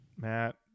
Matt